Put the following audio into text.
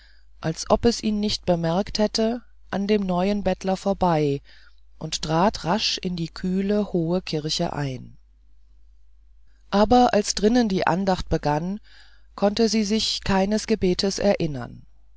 als ob es ihn nicht bemerkt hätte an dem neuen bettler vorbei und trat rasch in die kühle hohe kirche ein aber als drinnen die andacht begann konnte sie sich keines gebetes erinnern